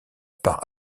par